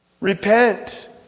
Repent